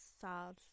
sad